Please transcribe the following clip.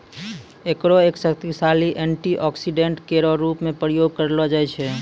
एकरो एक शक्तिशाली एंटीऑक्सीडेंट केरो रूप म प्रयोग करलो जाय छै